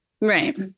Right